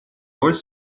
роль